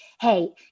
hey